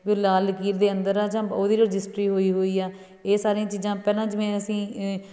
ਵੀ ਉਹ ਲਾਲ ਲਕੀਰ ਦੇ ਅੰਦਰ ਆ ਜਾਂ ਉਹਦੀ ਰਜਿਸਟਰੀ ਹੋਈ ਹੋਈ ਆ ਇਹ ਸਾਰੀਆਂ ਚੀਜ਼ਾਂ ਪਹਿਲਾਂ ਜਿਵੇਂ ਅਸੀਂ